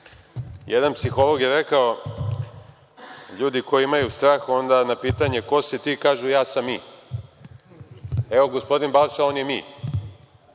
Jedan psiholog je rekao – ljudi koji imaju strah, na pitanje – ko si ti, kažu – ja sam mi. Evo, gospodin Balša, on je „mi“.